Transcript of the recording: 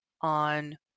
on